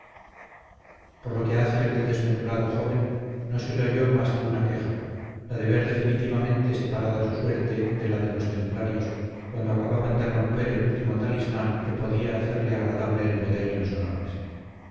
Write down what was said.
por lo que hace a aquel desventurado joven no se le oyó más que una queja la de ver definitivamente separada su suerte de la de los templarios cuando acababan de romper el último talismán que podía hacerle agradable el poder y los honores